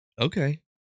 Okay